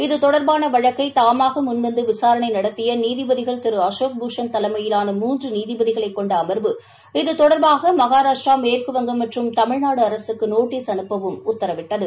இது தொடர்பான வழக்கை தாமாக முன்வந்து விசாரணை நடத்திய நீதிபதிகள் திரு அசோக் பூஷன் தலைமையிலான மூன்று நீதிபதிகளை கொண்ட அமர்வு இது தொடர்பாக மகாரஷ்டிரா மேற்குவங்கம் மற்றும் தமிழ்நாடு அரசுக்கு நோட்டஸ் அனுப்பவும் உத்தரவிட்டது